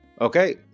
Okay